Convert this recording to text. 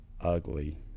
ugly